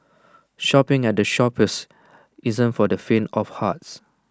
shopping at the Shoppes isn't for the faint of hearts